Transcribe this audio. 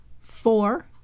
Four